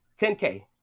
10k